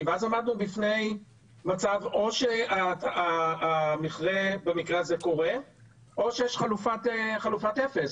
ואז עמדנו בפני מצב או שהמכרה במקרה הזה קורה או שיש חלופת אפס.